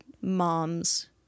moms